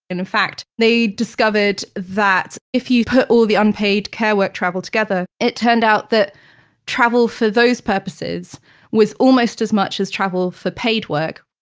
in fact, they discovered that if you put all the unpaid care work travel together, it turned out that travel for those purposes was almost as much as travel for paid work.